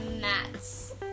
Mats